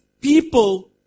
people